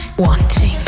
Wanting